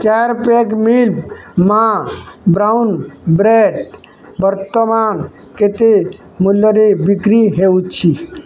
ଚାରି pack milk ମା brown bread ବର୍ତ୍ତମାନ କେତେ ମୂଲ୍ୟରେ ବିକ୍ରି ହେଉଛି